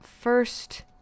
first